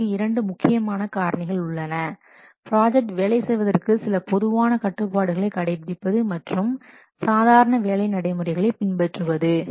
அதற்கு இரண்டு முக்கியமான காரணிகள் உள்ளன ப்ராஜெக்ட் வேலை செய்வதற்கு சில பொதுவான கட்டுப்பாடுகளை கடைபிடிப்பது மற்றும் சாதாரண வேலை நடைமுறைகளை பின்பற்றுவது